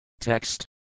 TEXT